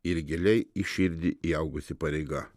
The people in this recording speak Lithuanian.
ir giliai į širdį įaugusi pareiga